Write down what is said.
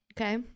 Okay